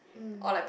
mm